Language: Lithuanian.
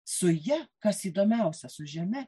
su ja kas įdomiausia su žeme